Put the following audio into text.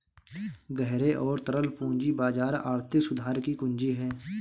गहरे और तरल पूंजी बाजार आर्थिक सुधार की कुंजी हैं,